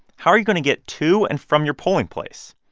how are you going to get to and from your polling place?